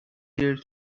there